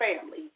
family